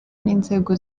n’inzego